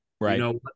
Right